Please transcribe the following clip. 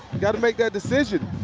got to make that decision.